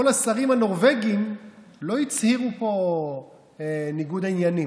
כל השרים הנורבגים לא הצהירו פה ניגוד עניינים.